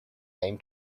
name